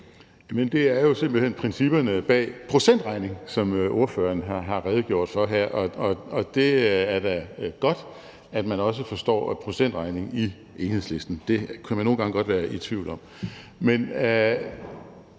Det er jo simpelt hen principperne bag procentregning, som ordføreren har redegjort for her. Og det er da godt, at man også forstår procentregning i Enhedslisten; det kan man nogle gange godt være i tvivl om.